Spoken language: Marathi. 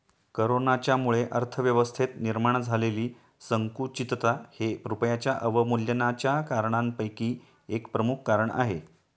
कोरोनाच्यामुळे अर्थव्यवस्थेत निर्माण झालेली संकुचितता हे रुपयाच्या अवमूल्यनाच्या कारणांपैकी एक प्रमुख कारण आहे